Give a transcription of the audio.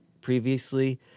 previously